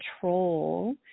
control